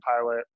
pilot